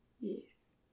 yes